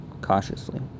cautiously